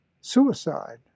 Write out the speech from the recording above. suicide